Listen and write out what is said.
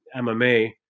MMA